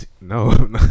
No